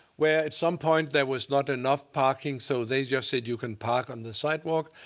where at some point there was not enough parking, so they just said you can park on the sidewalk.